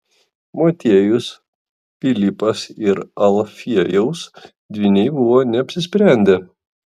motiejus pilypas ir alfiejaus dvyniai buvo neapsisprendę